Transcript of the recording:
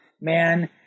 man